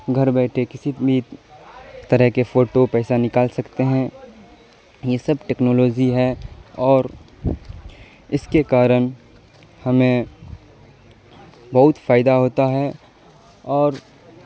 گھر بیٹھے کسی بھی طرح کے فوٹو پیسہ نکال سکتے ہیں یہ سب ٹیکنالوجی ہے اور اس کے کارن ہمیں بہت فائدہ ہوتا ہے اور